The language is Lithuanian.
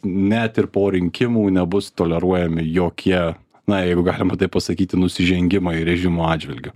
net ir po rinkimų nebus toleruojami jokie na jeigu galima taip pasakyti nusižengimai režimo atžvilgiu